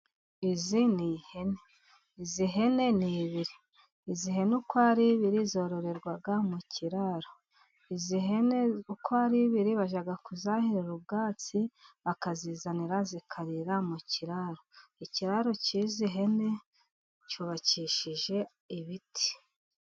Izi ni ihene. izi hene ni ebyiri， izi hene uko ari ebyiri， zororerwa mu kiraro， izi hene uko ari ebyiri， bajya kuzahirira ubwatsi bakazizanira，zikarira mu kiraro. Ikiraro k’izi hene， cyubakishije ibiti.